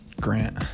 Grant